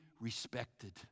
respected